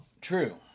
True